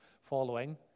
following